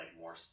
more